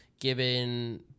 given